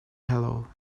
hollow